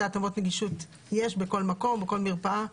התאמות נגישות יש בכל מקום או בכל מרפאה.